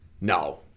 No